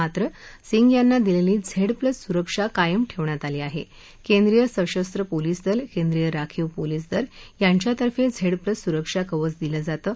मात्र सिंग यांना दिलसी झडप्लस सुरक्षा कायम ठर्षियात आली आहक्रेंद्रीय सशस्त्र पोलीस दल केंद्रीय राखीव पोलीस दल यांच्यातर्फे झप्लस सुरक्षा कवच दिलं जातं